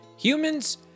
Humans